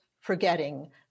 forgetting